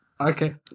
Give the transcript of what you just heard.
Okay